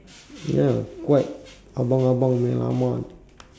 ya quite abang abang punya lama